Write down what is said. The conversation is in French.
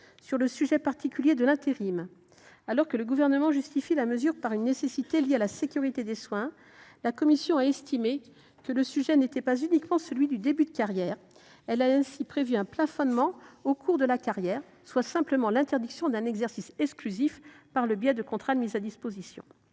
Sur la question particulière de l’intérim, alors que le Gouvernement justifie la mesure par une nécessité liée à la sécurité des soins, la commission a estimé que le sujet n’était pas uniquement celui du début de carrière. Elle a ainsi prévu un plafonnement au cours de la carrière, soit simplement l’interdiction d’un exercice exclusif par le biais de contrats de mise à disposition.